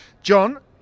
john